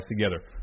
together